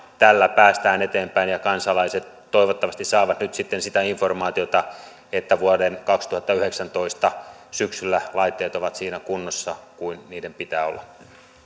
tällä päästään eteenpäin ja kansalaiset toivottavasti saavat nyt sitten sitä informaatiota että vuoden kaksituhattayhdeksäntoista syksyllä laitteet ovat siinä kunnossa kuin niiden pitää olla